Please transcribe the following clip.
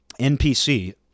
NPC